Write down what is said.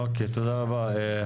אוקיי, תודה רבה.